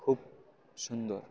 খুব সুন্দর